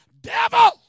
Devil